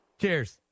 cheers